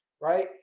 right